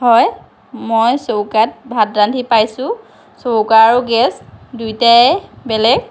হয় মই চৌকত ভাত ৰান্ধি পাইছোঁ চৌকা আৰু গেছ দুইটাই বেলেগ